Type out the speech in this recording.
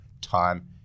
time